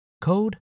code